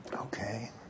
Okay